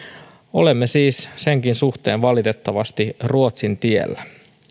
olemme siis senkin suhteen valitettavasti ruotsin tiellä